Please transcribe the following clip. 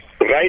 right